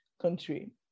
country